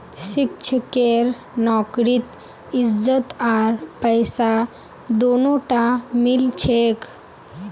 शिक्षकेर नौकरीत इज्जत आर पैसा दोनोटा मिल छेक